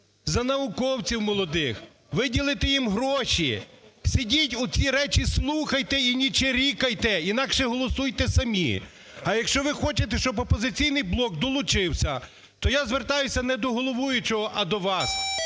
за науковців молодих, виділити їм гроші. Сидіть оці речі слухайте і не чирікайте, інакше голосуйте самі. А якщо ви хочете, щоб "Опозиційний блок" долучився, то я звертаюся не до головуючого, а до вас.